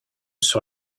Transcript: sur